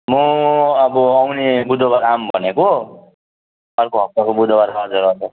म अब आउने बुधबार आउँ भनेको अर्को हप्ताको बुधबार हजुर हजुर